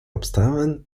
обставин